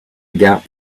gap